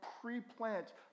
pre-plant